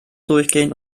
durchgehen